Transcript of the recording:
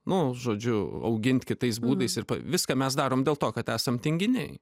nu žodžiu augint kitais būdais ir viską mes darom dėl to kad esam tinginiai